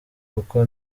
kuko